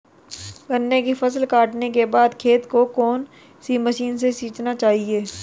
गन्ने की फसल काटने के बाद खेत को कौन सी मशीन से सींचना चाहिये?